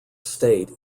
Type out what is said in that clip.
state